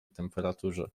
temperaturze